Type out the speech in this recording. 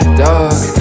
dog